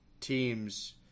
teams